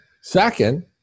Second